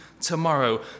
tomorrow